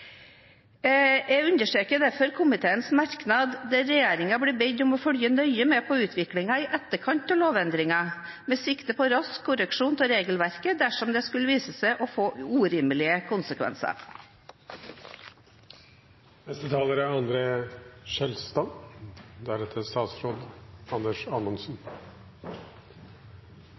Jeg understreker derfor komiteens merknad hvor regjeringen blir bedt om å følge nøye med på utviklingen i etterkant av lovendringen, med sikte på rask korreksjon av regelverket dersom det skulle vise seg å få urimelige